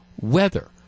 weather